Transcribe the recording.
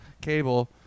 cable